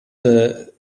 the